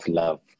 love